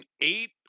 eight